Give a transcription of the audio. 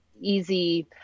easy